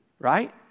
Right